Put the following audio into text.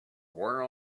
war